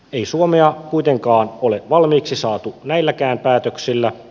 ei suomea kuitenkaan ole valmiiksi saatu näilläkään päätöksillä